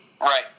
Right